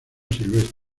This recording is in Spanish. silvestre